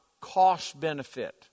cost-benefit